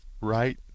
right